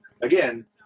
again